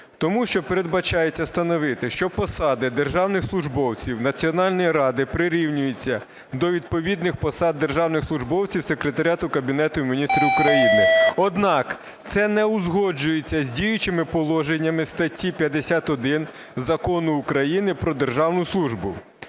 Тому що передбачається встановити, що посади державних службовців Національної ради прирівнюються до відповідних посад державних службовців Секретаріату Кабінету Міністрів України. Однак це не узгоджується з діючими положеннями статті 51 Закону України "Про державну службу".